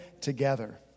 together